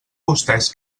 vostès